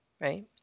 right